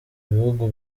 bihugu